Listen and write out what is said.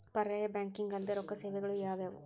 ಪರ್ಯಾಯ ಬ್ಯಾಂಕಿಂಗ್ ಅಲ್ದೇ ರೊಕ್ಕ ಸೇವೆಗಳು ಯಾವ್ಯಾವು?